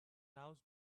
house